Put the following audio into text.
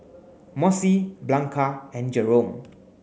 Mossie Blanca and Jerome